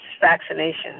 vaccination